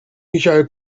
michail